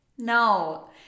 No